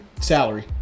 salary